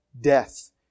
death